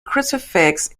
crucifix